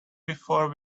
before